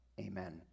Amen